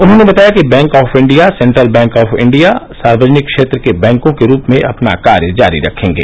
उन्होंने बताया कि Bank of India Central Bank of India सार्वजनिक क्षेत्र के बैंकों के रूप में अपना कार्य जारी रखेंगे